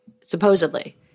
supposedly